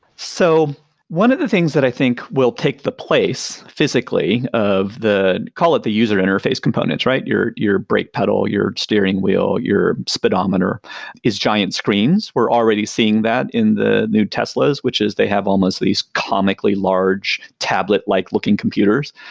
so one of the things that i think will take the place physically of call it the user interface components, right? your your brake pedal, your steering wheel, your speedometer is giant screens, we're already seeing that in the new teslas, which is they have almost these comically large tablet-like looking computers.